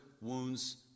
wounds